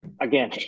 again